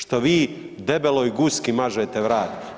Što vi debeloj guski mažete vrat.